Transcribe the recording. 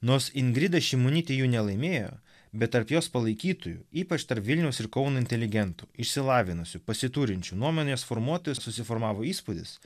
nors ingrida šimonytė jų nelaimėjo bet tarp jos palaikytojų ypač tarp vilniaus ir kauno inteligentų išsilavinusių pasiturinčių nuomonės formuotojų susiformavo įspūdis